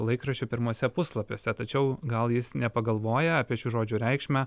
laikraščių pirmuose puslapiuose tačiau gal jis nepagalvoja apie šių žodžių reikšmę